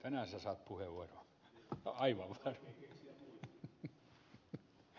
enää se sattui uudella tapaa ivalosta l m r